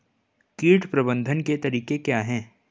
कीट प्रबंधन के तरीके क्या हैं?